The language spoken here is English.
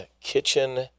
kitchen